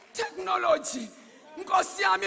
technology